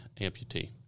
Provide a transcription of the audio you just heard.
amputee